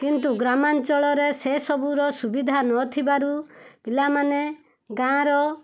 କିନ୍ତୁ ଗ୍ରାମାଞ୍ଚଳରେ ସେସବୁର ସୁବିଧା ନଥିବାରୁ ପିଲାମାନେ ଗାଆଁର